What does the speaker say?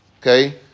okay